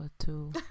two